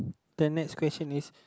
the next question is